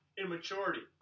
immaturity